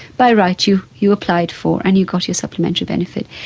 by right you you applied for and you got your supplementary benefit.